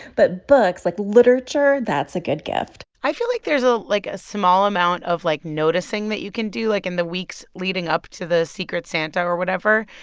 but books, like, literature, that's a good gift i feel like there's, ah like, a small amount of, like, noticing that you can do, like, in the weeks leading up to the secret santa or whatever.